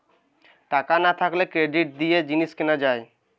টাকা না থাকলে ক্রেডিট কার্ড দিয়ে জিনিস কিনা যায়